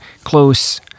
close